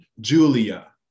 Julia